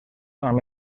amb